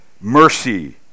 mercy